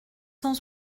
cent